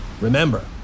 Remember